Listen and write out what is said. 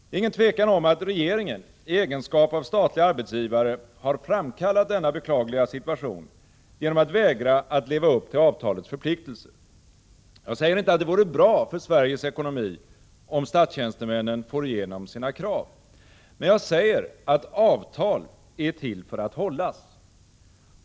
Det är inget tvivel om att regeringen i egenskap av statlig arbetsgivare har framkallat denna beklagliga situation genom att vägra att leva upp till avtalets förpliktelser. Jag säger inte att det vore bra för Sveriges ekonomi, om statstjänstemännen får igenom sina krav. Men jag säger att avtal är till för att hållas.